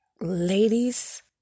ladies